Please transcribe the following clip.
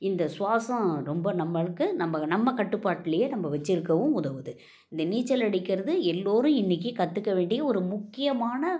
இந்த சுவாசம் ரொம்ப நம்மளுக்கு நம்ம நம்ம கட்டுப்பாட்டிலயே நம்ம வெச்சுருக்கவும் உதவுது இந்த நீச்சல் அடிக்கிறது எல்லோரும் இன்றைக்கி கற்றுக்க வேண்டிய ஒரு முக்கியமான